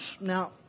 Now